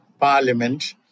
parliament